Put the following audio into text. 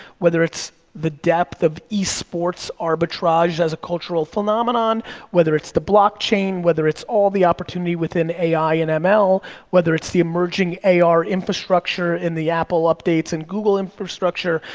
whether it's the depth of esports, arbitrage as a cultural phenomenon, whether it's the blockchain, whether it's all the opportunity within ai and ml, whether it's the emerging ar infrastructure in the apple updates and google infrastructure,